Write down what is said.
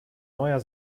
neuer